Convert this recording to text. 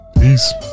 Peace